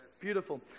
Beautiful